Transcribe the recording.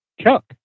Chuck